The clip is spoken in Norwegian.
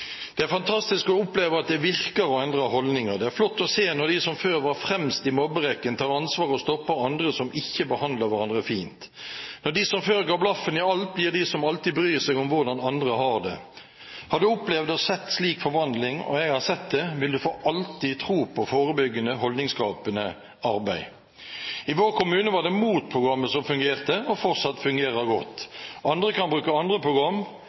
Det er fantastisk å oppleve at det virker og endrer holdninger. Det er flott å se når de som før var fremst i mobberekken, tar ansvar og stopper andre som ikke behandler hverandre fint, når de som før ga blaffen i alt, blir de som alltid bryr seg om hvordan andre har det. Har du opplevd og sett slik forvandling, og jeg har sett det, vil du for alltid tro på forebyggende, holdningsskapende arbeid. I min kommune var det MOT-programmet som fungerte, og fortsatt fungerer godt. Andre kan bruke andre program.